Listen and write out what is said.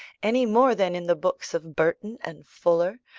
any more than in the books of burton and fuller,